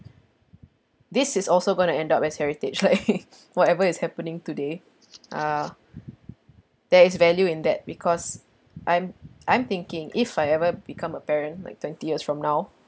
this is also going to end up as heritage like whatever is happening today uh there is value in that because I'm I'm thinking if I ever become a parent like twenty years from now